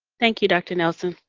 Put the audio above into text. thank you, dr. nelson.